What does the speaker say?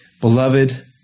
Beloved